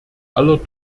aller